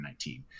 2019